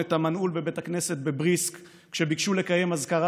את המנעול בבית הכנסת בבריסק כשביקשו לקיים אזכרה